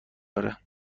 داره